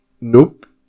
Nope